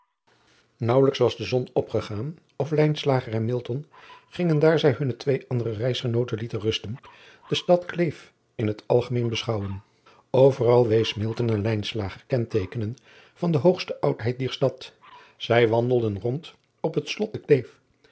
aauwelijks was de zon opgegaan of en gingen daar zij hunne twee andere reisgenooten lieten rusten de stad leef in het algemeen beschouwen veral wees aan kenteekenen van de hooge oudheid dier stad ij wandelden rond op het lot